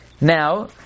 Now